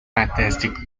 fantastic